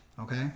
okay